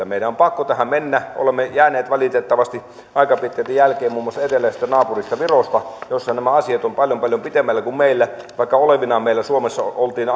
meidän on pakko tähän mennä olemme jääneet valitettavasti aika pitkälti jälkeen muun muassa eteläisestä naapurista virosta jossa nämä asiat ovat paljon paljon pitemmällä kuin meillä vaikka olevinaan meillä suomessa oltiin